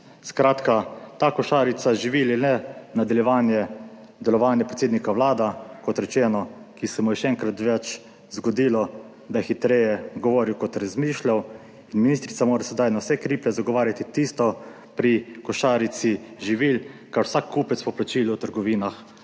Skratka, ta košarica živil je le nadaljevanje delovanje predsednika Vlade, kot rečeno, ki se mu je še enkrat več zgodilo, da je hitreje govoril kot razmišljal in ministrica mora sedaj na vse kriplje zagovarjati tisto pri košarici živil, kar vsak kupec po plačilu v trgovinah